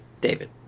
David